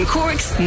Cork's